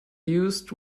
uses